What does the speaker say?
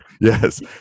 yes